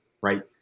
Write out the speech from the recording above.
right